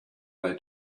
they